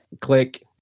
click